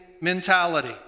mentality